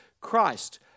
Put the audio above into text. Christ